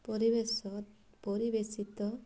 ପରିବେଶ ପରିବେଶିତ୍